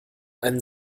einen